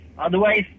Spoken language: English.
Otherwise